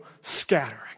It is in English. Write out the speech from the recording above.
scattering